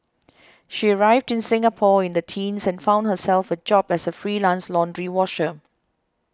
she arrived in Singapore in the teens and found herself a job as a freelance laundry washer